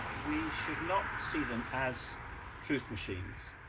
ah we should not see them as truth machines.